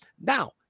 Now